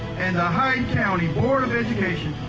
and the hyde county board of education,